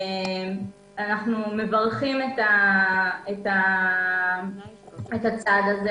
מברכים על הצעד הזה.